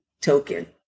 token